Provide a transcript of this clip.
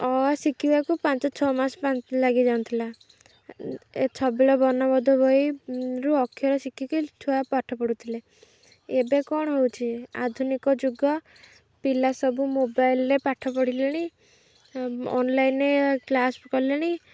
ଅ ଆ ଶିଖିବାକୁ ପାଞ୍ଚ ଛଅ ମାସ ଲାଗିଯାଉଥିଲା ଏ ଛବିଳ ବର୍ଣ୍ଣବୋଧ ବହିରୁ ଅକ୍ଷର ଶିଖିକି ଛୁଆ ପାଠ ପଢ଼ୁଥିଲେ ଏବେ କ'ଣ ହେଉଛି ଆଧୁନିକ ଯୁଗ ପିଲା ସବୁ ମୋବାଇଲ୍ରେ ପାଠ ପଢ଼ିଲେଣି ଅନ୍ଲାଇନ୍ରେ କ୍ଲାସ୍ କଲେଣି